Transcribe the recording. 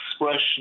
expression